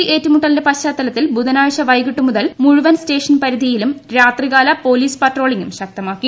വൈത്തിരി ഏറ്റുമുട്ടലിന്റെ പശ്ചാത്തലത്തിൽ ബുധനാഴ്ച വൈകിട്ടുമുതൽ മുഴുവൻ സ്റ്റേഷൻ പരിധിയിലും രാത്രികാല പൊലീസ് പട്രോളിങ്ങും ശക്തമാക്കി